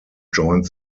joined